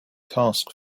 task